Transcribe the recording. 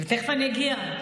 תכף אני אגיע.